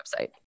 website